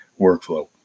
workflow